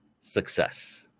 success